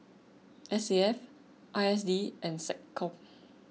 S A F I S D and SecCom